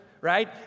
right